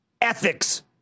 Ethics